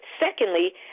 secondly